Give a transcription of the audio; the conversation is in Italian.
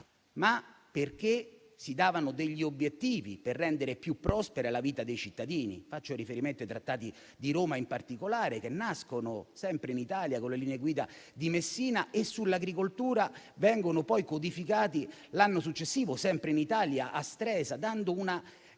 ma perché si davano degli obiettivi per rendere più prospera la vita dei cittadini. Faccio riferimento al Trattato di Roma in particolare, che nascono, sempre in Italia, con le linee guida di Messina. Le normative sull'agricoltura vengono poi codificate l'anno successivo, sempre in Italia, a Stresa, dando una